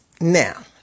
now